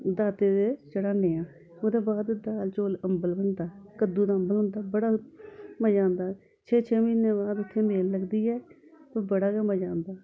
दाते दे चढ़ानेआं उ'दे बाद दाल चौल अम्बल बनदा कदूं दा अम्बल होंदा बड़ा मजा आंदा छे छे म्हीने दे बाद इत्थै मेल लगदी ऐ ते बड़ा गै मजा आंदा ऐ